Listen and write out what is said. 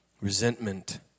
Resentment